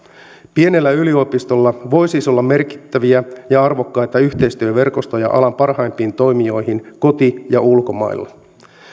pienellä yliopistolla voi siis olla merkittäviä ja arvokkaita yhteistyöverkostoja alan parhaimpiin toimijoihin koti ja ulkomailla